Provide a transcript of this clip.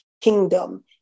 kingdom